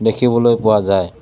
দেখিবলৈ পোৱা যায়